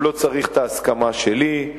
הוא לא צריך את ההסכמה שלי,